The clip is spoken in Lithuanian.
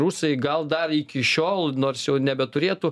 rusai gal dar iki šiol nors jau nebeturėtų